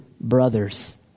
brothers